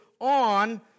on